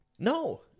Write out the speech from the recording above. No